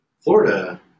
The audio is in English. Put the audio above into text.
Florida